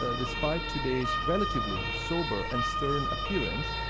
ah despite today's relatively sober and stern appearance,